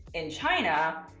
in china,